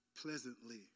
pleasantly